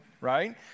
right